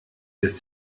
des